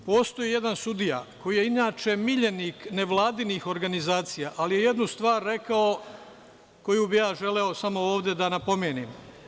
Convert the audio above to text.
Postoji jedan sudija koji je inače miljenik nevladinih organizacija, ali jednu stvar je rekao, koju bih ja želeo ovde samo da napomenem.